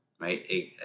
right